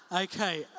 Okay